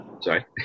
sorry